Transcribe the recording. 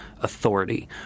authority